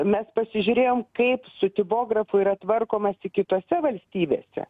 mes pasižiūrėjom kaip su tipografu yra tvarkomasi kitose valstybėse